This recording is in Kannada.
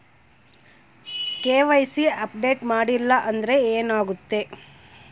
ಕೆ.ವೈ.ಸಿ ಅಪ್ಡೇಟ್ ಮಾಡಿಲ್ಲ ಅಂದ್ರೆ ಏನಾಗುತ್ತೆ?